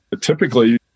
Typically